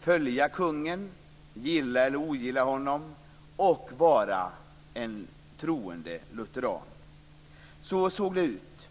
följa kungen, gilla eller ogilla honom och vara en troende lutheran. Så såg det ut.